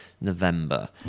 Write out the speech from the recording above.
November